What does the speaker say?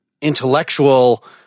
intellectual